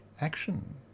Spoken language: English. action